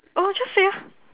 oh just say ah